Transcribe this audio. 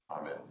Amen